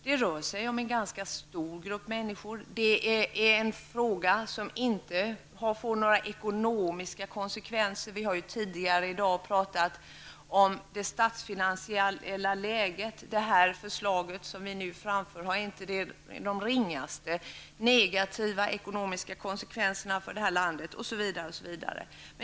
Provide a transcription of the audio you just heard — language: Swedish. Det rör sig om en ganska stor grupp människor. Det är en fråga som inte får några ekonomiska konsekvenser. Vi har tidigare i dag pratat om det statsfinansiella läget. Det förslag som vi nu framför innebär inte de ringaste negativa ekonomiska konsekvenser för landet.